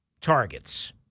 targets